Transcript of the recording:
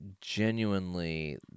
genuinely